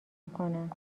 میکنند